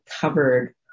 covered